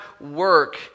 work